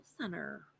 center